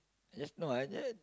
I just know I just